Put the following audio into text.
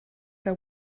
are